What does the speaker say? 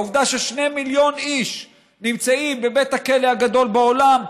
העובדה ששני מיליון איש נמצאים בבית הכלא הגדול בעולם,